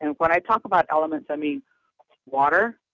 and when i talk about elements, i mean water,